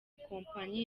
ikompanyi